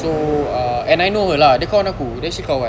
so uh and I know lah dia kawan aku actually kawan